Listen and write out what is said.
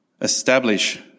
establish